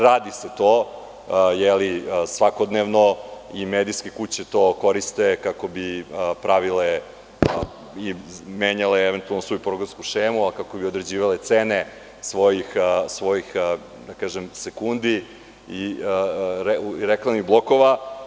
Radi se to svakodnevno i medijske kuće to koriste kako bi pravile i menjale svoju programsku šemu, kako bi određivale cene svojih da kažem, sekundi reklamnih blokova.